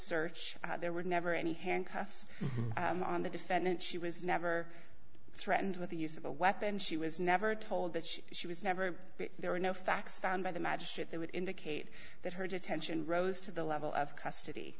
search there were never any handcuffs on the defendant she was never threatened with the use of a weapon she was never told that she she was never there were no facts found by the magistrate that would indicate that her detention rose to the level of custody